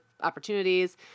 opportunities